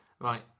Right